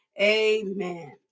Amen